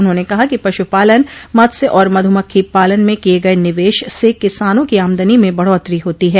उन्होंने कहा कि पशुपालन मत्स्य और मधुमक्खी पालन में किए गए निवेश से किसानों की आमदनी में बढ़ोतरी होती है